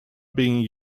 being